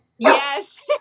Yes